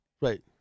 Right